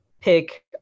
pick